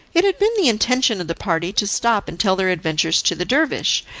it had been the intention of the party to stop and tell their adventures to the dervish,